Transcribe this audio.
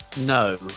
No